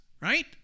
right